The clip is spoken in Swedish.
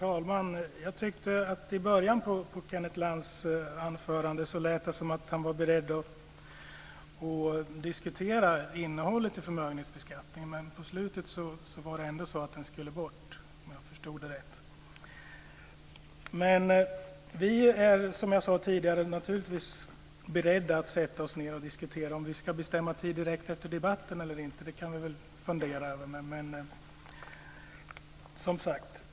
Herr talman! I början av Kenneth Lantz inlägg lät det som att han var beredd att diskutera innehållet i förmögenhetsbeskattningen men på slutet blev det ändå så att den skulle bort, om jag förstod det rätt. Naturligtvis är vi, som jag tidigare sagt, beredda att sätta oss ned och diskutera. Men om vi direkt efter debatten ska bestämma en tid kan vi väl fundera över.